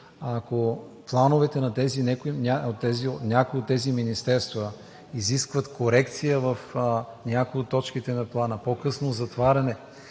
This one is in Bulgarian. ако плановете на някои от тези министерства изискват корекция в някои от точките на плана – по-късно затваряне